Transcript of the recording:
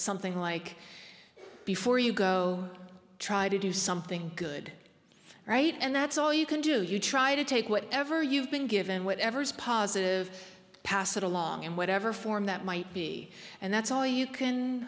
something like before you go try to do something good right and that's all you can do is you try to take whatever you've been given whatever is positive pass it along in whatever form that might be and that's all you can